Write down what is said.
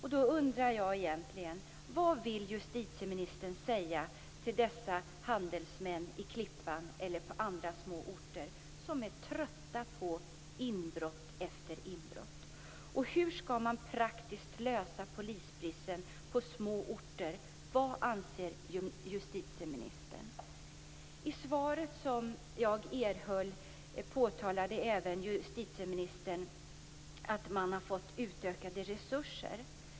Jag undrar: Vad vill justitieministern säga till dessa handelsmän i Klippan eller på andra små orter som är trötta på inbrott efter inbrott? Hur skall man praktiskt lösa polisbristen på små orter? Vad anser justitieministern? I svaret som jag erhöll påtalade justitieministern även att man har fått utökade resurser.